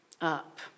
up